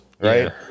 right